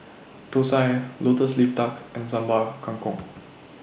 Thosai Lotus Leaf Duck and Sambal Kangkong